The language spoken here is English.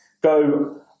go